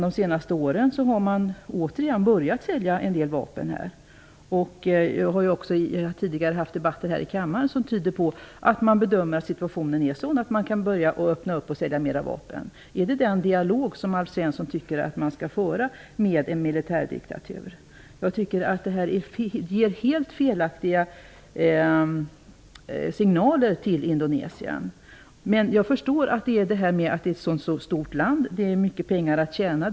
De senaste åren har man återigen börjat sälja en del vapen. Vi har också tidigare haft debatter här i kammaren som tyder på att man bedömer att situationen är sådan att man kan börja att sälja mer vapen. Är det den dialog som Alf Svensson tycker att vi skall föra med en militärdiktatur? Jag tycker att det ger helt felaktiga signaler till Indonesien. Men jag förstår att det är detta att det är ett så stort land som ligger bakom. Det finns mycket pengar att tjäna.